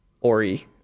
Ori